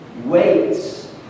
weights